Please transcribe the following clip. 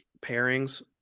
pairings